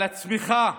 על הצמיחה